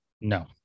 No